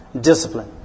Discipline